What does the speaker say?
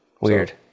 Weird